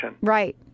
Right